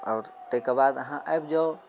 आओर ताहिके बाद अहाँ आबि जाउ